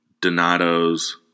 Donato's